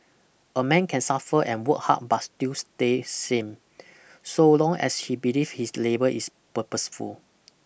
a man can suffer and work hard but still stay same so long as he believe his labour is purposeful